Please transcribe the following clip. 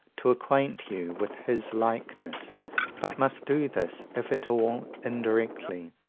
to acquaint you with his likeness but must do this, if at all, indirectly,